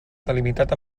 delimitat